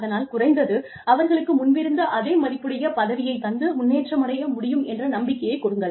அதனால் குறைந்தது அவர்களுக்கு முன்பிருந்த அதே மதிப்புடைய பதவியைத் தந்து முன்னேற்றமடைய முடியும் என்ற நம்பிக்கையை கொடுங்கள்